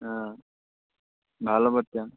অঁ ভাল হ'ব তেতিয়া